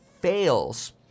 fails